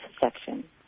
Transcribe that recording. section